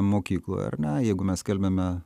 mokykloje ar ne jeigu mes skelbiame